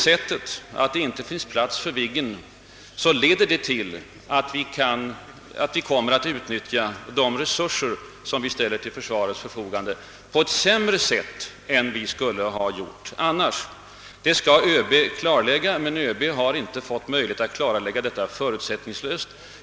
Och om det inte finns plats för Viggen, så leder det till att vi kommer att utnyttja de resurser som ställes till försvarets förfogande på ett sämre sätt än vad som annars skulle ha blivit fallet. Detta skall nu ÖB klarlägga, men han har inte fått möjlighet att göra det förutsättningslöst.